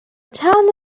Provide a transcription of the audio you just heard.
town